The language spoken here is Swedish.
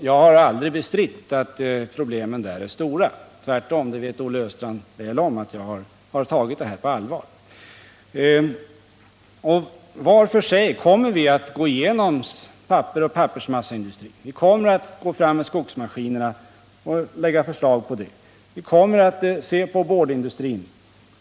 Jag har aldrig bestridit att problemen där är stora — tvärtom har jag tagit det här på Nr 113 allvar, och det vet Olle Östrand väl om. Tisdagen den Vi kommer att gå igenom pappersoch pappersmasseindustrin var för sig, 27 mars 1979 vi kommer att framlägga förslag när det gäller skogsmaskinerna, vi kommer att se över boardindustrin.